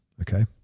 okay